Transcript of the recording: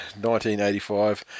1985